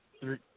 three